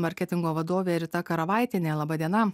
marketingo vadovė rita karavaitienė laba diena